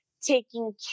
taking